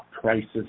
prices